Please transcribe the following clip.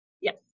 Yes